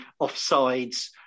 offsides